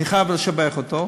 ואני חייב לשבח אותו,